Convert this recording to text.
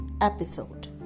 episode